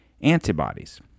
antibodies